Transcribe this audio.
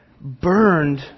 burned